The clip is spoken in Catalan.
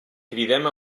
cridem